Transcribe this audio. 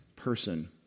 person